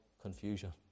confusion